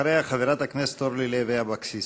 ואחריה, חברת הכנסת אורלי לוי אבקסיס.